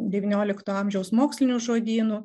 devyniolikto amžiaus mokslinių žodynų